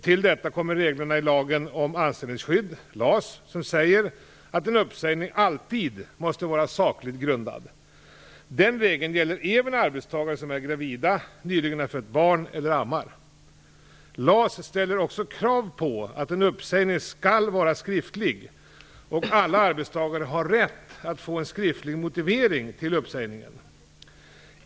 Till detta kommer reglerna i lagen om anställningsskydd som säger att en uppsägning alltid måste vara sakligt grundad. Den regeln gäller även arbetstagare som är gravida, nyligen har fött barn eller ammar. LAS ställer också krav på att en uppsägning skall vara skriftlig , och alla arbetstagare har rätt att få en skriftlig motivering till uppsägningen .